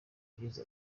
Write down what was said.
yagize